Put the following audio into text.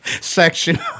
section